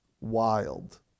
wild